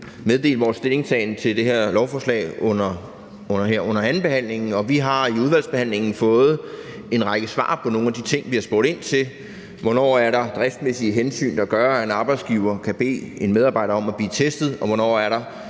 meddele vores stillingtagen til det her lovforslag under andenbehandlingen. Vi har i udvalgsbehandlingen fået en række svar på noget af det, vi har spurgt ind til: Hvornår er der driftsmæssige hensyn, der gør, at en arbejdsgiver kan bede en medarbejder om at blive testet? Og hvornår er der